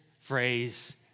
phrase